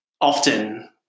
often